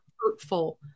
hurtful